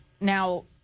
now